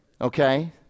Okay